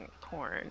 porn